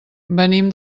venim